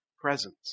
presence